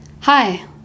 Hi